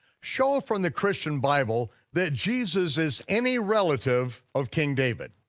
show from the christian bible that jesus is any relative of king david.